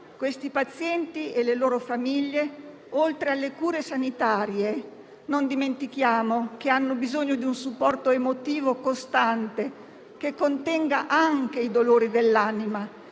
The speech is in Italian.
questi pazienti e le loro famiglie, oltre che delle cure sanitarie, hanno bisogno di un supporto emotivo costante, che contenga anche il dolore dell'anima